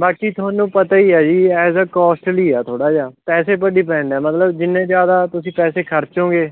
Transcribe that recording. ਬਾਕੀ ਤੁਹਾਨੂੰ ਪਤਾ ਹੀ ਹੈ ਜੀ ਐਜ ਏ ਕੋਸਟਲੀ ਆ ਥੋੜ੍ਹਾ ਜਿਹਾ ਪੈਸੇ ਪਰ ਡਿਪੈਂਡ ਆ ਮਤਲਬ ਜਿੰਨੇ ਜ਼ਿਆਦਾ ਤੁਸੀਂ ਪੈਸੇ ਖਰਚੋਂਗੇ